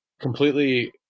completely